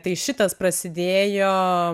tai šitas prasidėjo